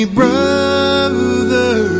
brother